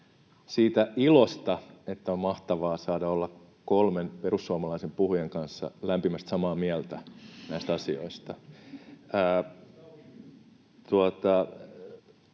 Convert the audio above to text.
siitä ilosta, että on mahtavaa saada olla kolmen perussuomalaisen puhujan kanssa lämpimästi samaa mieltä näistä asioista.